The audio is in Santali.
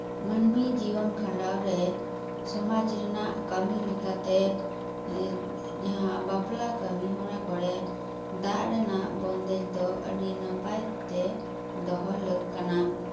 ᱢᱟᱹᱱᱢᱤ ᱡᱤᱭᱚᱱ ᱠᱷᱟᱸᱰᱟᱣ ᱨᱮ ᱥᱚᱢᱟᱡᱽ ᱨᱮᱱᱟᱜ ᱠᱟᱹᱢᱤ ᱞᱮᱠᱟᱛᱮ ᱡᱟᱦᱟᱸ ᱵᱟᱯᱞᱟ ᱠᱟᱹᱢᱤ ᱦᱚᱨᱟ ᱠᱚᱨᱮ ᱫᱟᱜ ᱨᱮᱱᱟᱜ ᱵᱚᱱᱫᱮᱡ ᱫᱚ ᱟᱹᱰᱤ ᱱᱟᱯᱟᱭ ᱛᱮ ᱫᱚᱦᱚ ᱞᱟᱹᱠ ᱠᱟᱱᱟ